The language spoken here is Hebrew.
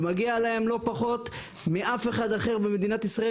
ומגיע להם לא פחות מאף אחד אחר במדינת ישראל,